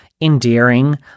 endearing